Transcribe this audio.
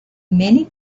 many